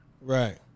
Right